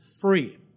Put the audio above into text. free